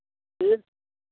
एक